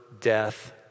death